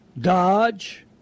Dodge